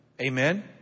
Amen